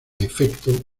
efecto